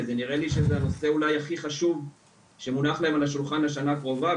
ונראה לי שזה הנושא אולי הכי חשוב שמונח להם על השולחן לשנה הקרובה,